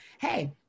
Hey